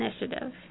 initiative